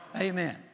Amen